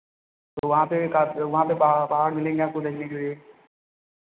तो वहाँ पे एक वहाँ पे पहाड़ मिलेंगे आपको देखने के लिए